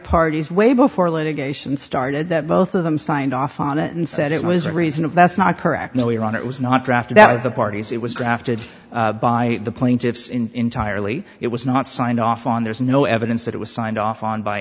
parties way before litigation started that both of them signed off on it and said it was a reason and that's not correct no your honor it was not drafted out of the parties it was drafted by the plaintiffs in entirely it was not signed off on there is no evidence that it was signed off on by